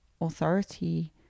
authority